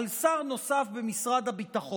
על שר נוסף במשרד הביטחון,